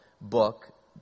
book